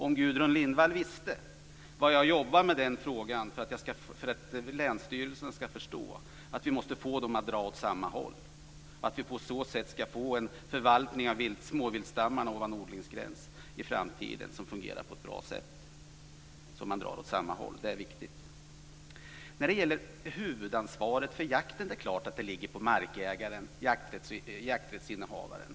Om Gudrun Lindvall visste hur jag jobbar med att få länsstyrelserna att förstå att de måste dra åt samma håll. På så sätt kan vi få en förvaltning av småviltsstammarna ovanför odlingsgränsen som fungerar på ett bra sätt. Det är viktigt att man drar åt samma håll. Det är klart att huvudansvaret för jakten ligger på markägaren och jakträttsinnehavaren.